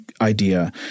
idea